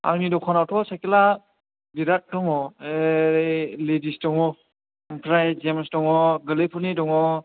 आंनि दखानावथ' सायकेला बेराद दङ लेदिस दङ ओमफ्राय जेन्स दङ गोरलैफोरनि दङ